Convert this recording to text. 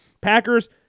Packers